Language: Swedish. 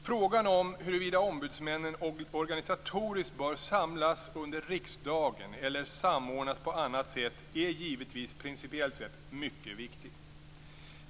Frågan om huruvida ombudsmännen organisatoriskt bör samlas under riksdagen eller samordnas på annat sätt är givetvis principiellt sett mycket viktig.